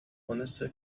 vanessa